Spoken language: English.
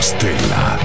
Stella